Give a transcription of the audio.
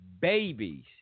babies